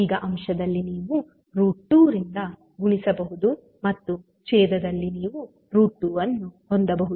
ಈಗ ಅಂಶದಲ್ಲಿ ನೀವು 2 ರಿಂದ ಗುಣಿಸಬಹುದು ಮತ್ತು ಛೇದದಲ್ಲಿ ನೀವು 2 ಅನ್ನು ಹೊಂದಬಹುದು